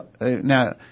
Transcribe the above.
now